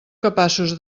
capaços